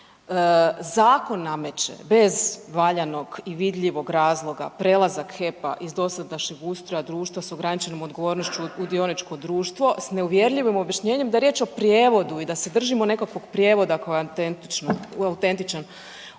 Zakon nameće, bez valjanog i vidljivog razloga prelazak HEP-a iz dosadašnjeg ustroja društva s ograničenom odgovornošću u dioničko društvo s neuvjerljivim objašnjenjem da je riječ o prijevodu i da se držimo nekakvog prijevoda koje je autentičan, unatoč